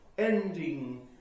Ending